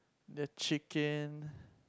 their chicken